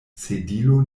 sedilo